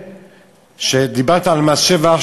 אתה דיברת על מס שבח,